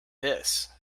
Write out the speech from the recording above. this